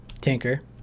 Tinker